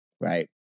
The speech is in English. right